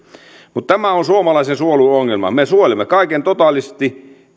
tämä on suomalaisen suojelun ongelma me suojelemme kaiken totaalisesti